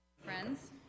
friends